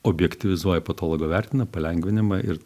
objektyvizuoja patologo vertina palengvinimą ir